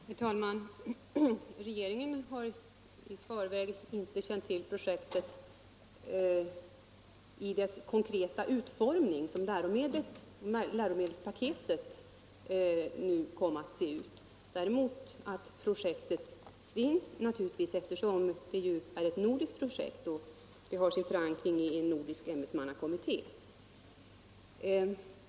Herr talman! Regeringen har inte i förväg känt till projektets konkreta utformning som läromedelspaketet kom att se ut. Däremot har vi naturligtvis känt till projektets existens, eftersom det ju är ett nordiskt projekt som har sin förankring i en nordisk ämbetsmannakommitté.